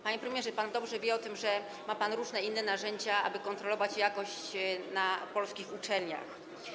Panie premierze, pan dobrze wie o tym, że ma pan różne inne narzędzia, aby kontrolować jakość na polskich uczelniach.